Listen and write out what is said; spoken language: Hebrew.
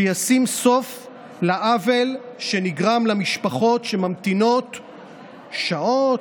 שישים סוף לעוול שנגרם למשפחות שממתינות שעות,